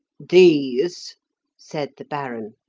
these, said the baron,